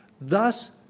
Thus